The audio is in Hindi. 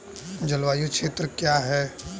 जलवायु क्षेत्र क्या है?